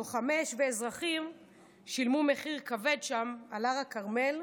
לוחמי אש ואזרחים שילמו מחיר כבד שם על הר הכרמל.